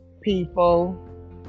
people